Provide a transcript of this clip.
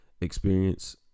experience